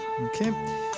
Okay